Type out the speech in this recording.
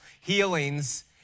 healings